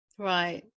Right